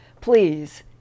please